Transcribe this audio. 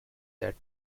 that